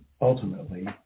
ultimately